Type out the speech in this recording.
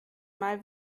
mal